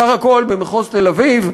סך הכול במחוז תל-אביב,